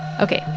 ok,